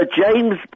James